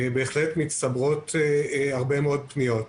בהחלט מצטברות הרבה מאוד פניות.